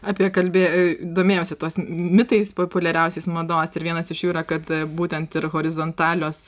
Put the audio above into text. apie kalbė domėjausi tuos mitais populiariausiais mados ir vienas iš jų yra kad būtent ir horizontalios